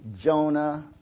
Jonah